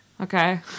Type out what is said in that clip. Okay